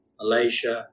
Malaysia